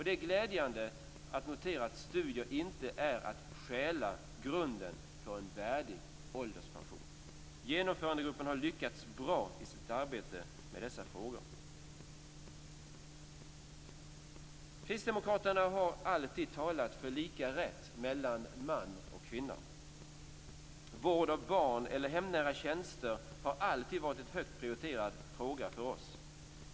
Det är glädjande att notera att studier inte är att stjäla grunden för en värdig ålderspension. Genomförandegruppen har lyckats bra i sitt arbete med dessa frågor. Kristdemokraterna har alltid talat för lika rätt mellan man och kvinna. Vård av barn eller hemnära tjänster har alltid varit en högt prioriterad fråga för oss.